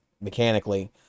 mechanically